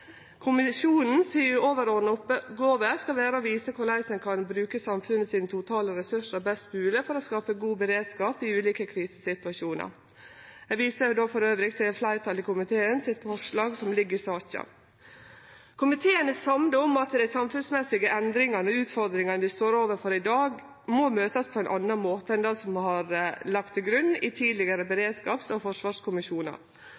overordna oppgåva til kommisjonen skal vere å vise korleis ein kan bruke samfunnets totale ressursar best mogleg for å skape god beredskap i ulike krisesituasjonar. Eg viser til komitéfleirtalets forslag som ligg i saka. Komiteen er samd i at dei samfunnsmessige endringane og utfordringane vi står overfor i dag, må møtast på ein annan måte enn det som har lege til grunn for tidlegare